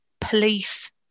police